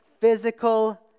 physical